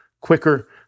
quicker